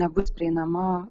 nebus prieinama